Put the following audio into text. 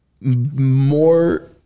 more